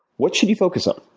what should you focus on?